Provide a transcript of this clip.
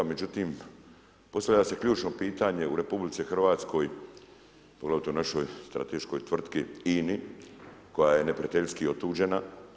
Međutim, postavlja se ključno pitanje u RH poglavito u našoj strateškoj tvrtki INA-i koja je neprijateljski otuđena.